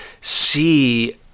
See